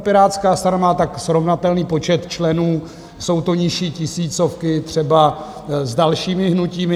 Pirátská strana má tak srovnatelný počet členů jsou to nižší tisícovky třeba s dalšími hnutími.